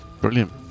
Brilliant